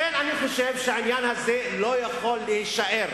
לכן, אני חושב שהעניין הזה לא יכול להישאר.